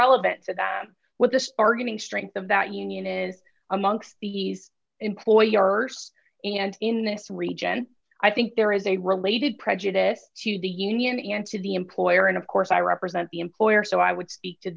relevant to them what they are getting strength of that union is amongst these employers and in this region i think there is a related prejudice to the union and to the employer and of course i represent the employer so i would speak